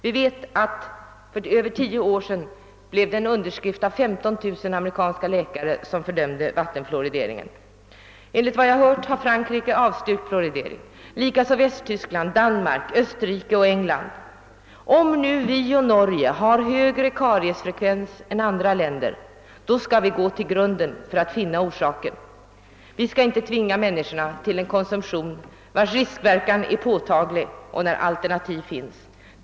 Vi vet att 15 000 amerikanska läkare för över tio år sedan i en skrivelse fördömde vattenfluorideringen. Enligt vad jag har hört har Frankrike avstyrkt fluoridering, likaså Västtyskland, Danmark, Österrike och England. Om Sverige och Norge har högre kariesfrekvens än andra länder skall vi gå till grunden för att finna orsaken, men vi skall inte tvinga människorna till en konsumtion, vars riskverkan är påtaglig, när alternativ finns.